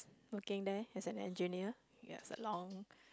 working there as an engineer ya it's a long